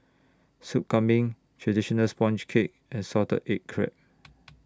Soup Kambing Traditional Sponge Cake and Salted Egg Crab